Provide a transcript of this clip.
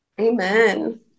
amen